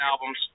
albums